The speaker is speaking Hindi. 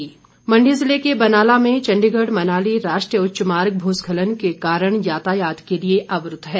मार्ग अवरूद्व मंडी जिले के बनाला में चंडीगढ़ मनाली राष्टीय उच्च मार्ग भूस्खलन के कारण यातायात के लिए अवरूद्व है